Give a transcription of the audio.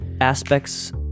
aspects